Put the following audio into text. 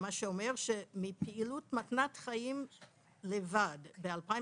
זה אומר שמפעילות מתנת חיים לבד ב-2021,